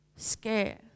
scared